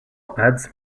adds